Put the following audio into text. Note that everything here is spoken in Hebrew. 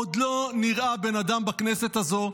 עוד לא נראה בן אדם בכנסת הזאת,